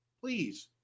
Please